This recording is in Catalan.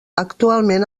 actualment